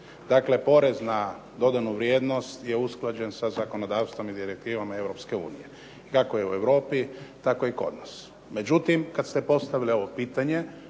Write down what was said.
Dakle porez na dodanu vrijednost je usklađen sa zakonodavstvom i direktivama Europske unije. Kako je u Europi tako je i kod nas. Međutim, kad ste postavili ovo pitanje